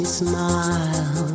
smile